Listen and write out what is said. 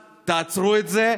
תעצרו את זה.